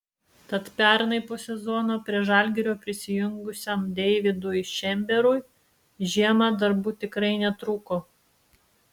tad pernai po sezono prie žalgirio prisijungusiam deividui šemberui žiemą darbų tikrai netrūko